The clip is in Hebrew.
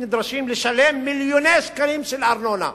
נדרשים לשלם מיליוני שקלים של ארנונה.